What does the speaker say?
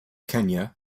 kenya